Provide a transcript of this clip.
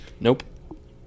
Nope